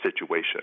situation